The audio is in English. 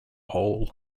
hole